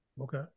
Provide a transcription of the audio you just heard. Okay